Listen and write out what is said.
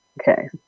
Okay